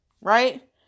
right